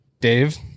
Dave